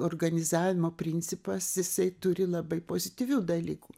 organizavimo principas jisai turi labai pozityvių dalykų